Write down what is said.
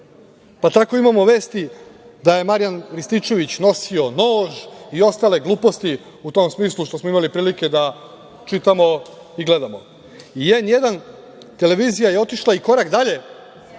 Tako imamo vesti da je Marijan Rističević nosio nož i ostale gluposti u tom smislu što smo imali prilike da čitamo i gledamo.I N1 televizija je otišla korak dalje